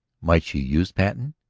might she use patten?